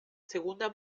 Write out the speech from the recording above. segunda